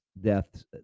deaths